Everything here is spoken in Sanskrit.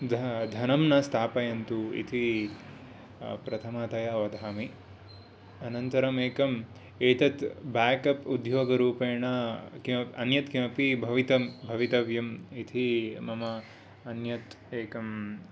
ध धनं न स्थापयन्तु इति प्रथमतया वदामि अनन्तरम् एकम् एतद् बेकप् उद्योगरूपेण अन्यत् किमपि भवितं भवितव्यम् इति मम अन्यत् एकं